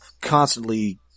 constantly